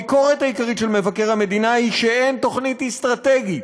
הביקורת העיקרית של מבקר המדינה היא שאין תוכנית אסטרטגית,